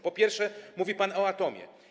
Po pierwsze, mówi pan o atomie.